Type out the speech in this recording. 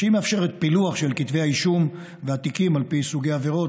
שמאפשרת פילוח של כתבי האישום בתיקים על פי סוגי עבירות,